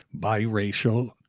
biracial